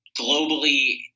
globally